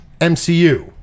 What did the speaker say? MCU